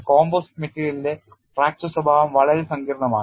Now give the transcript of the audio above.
composite മെറ്റീരിയലിലെ fracture സ്വഭാവം വളരെ സങ്കീർണ്ണമാണ്